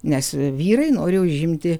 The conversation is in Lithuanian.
nes vyrai nori užimti